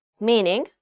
meaning